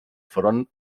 front